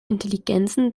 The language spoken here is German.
intelligenzen